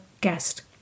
guest